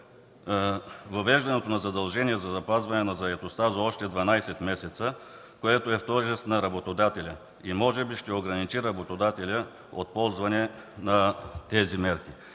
въвеждането на задължение за запазване на заетостта за още 12 месеца, което е в тежест на работодателя и може би ще го ограничи от ползване на тези мерки.